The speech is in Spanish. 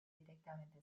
directamente